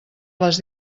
les